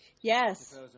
Yes